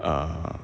err